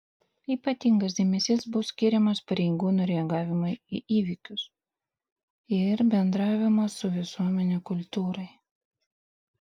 ypatingas dėmesys bus skiriamas pareigūnų reagavimui į įvykius ir bendravimo su visuomene kultūrai